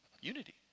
unity